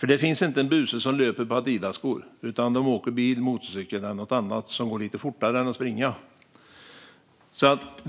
Det finns inte en buse som löper i Adidasskor, utan de åker bil, motorcykel eller någonting annat som går lite fortare än att springa.